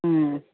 ꯎꯝ